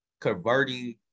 converting